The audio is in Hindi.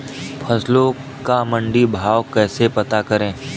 फसलों का मंडी भाव कैसे पता करें?